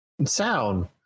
sound